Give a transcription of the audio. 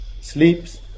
sleeps